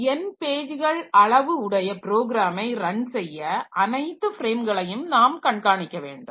N பேஜ்கள் அளவு உடைய புரோகிராமை ரன் செய்ய அனைத்து ஃப்ரேம்களையும் நாம் கண்காணிக்க வேண்டும்